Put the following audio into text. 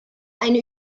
eine